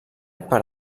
per